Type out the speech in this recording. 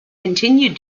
continued